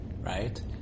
right